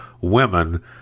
women